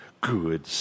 good